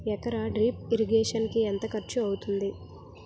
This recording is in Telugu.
ఎకర డ్రిప్ ఇరిగేషన్ కి ఎంత ఖర్చు అవుతుంది?